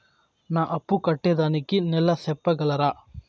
నా అప్పు కట్టేదానికి నెల సెప్పగలరా?